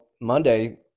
Monday